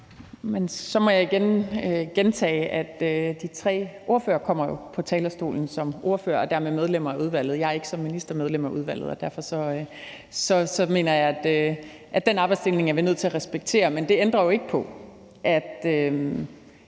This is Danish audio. så må jeg igen gentage, at de tre ordførere jo kommer på talerstolen som ordførere og dermed medlemmer af udvalget. Jeg er ikke som minister medlem af udvalget, og derfor mener jeg, at den arbejdsdeling er vi nødt til at respektere. Men det ændrer jo ikke på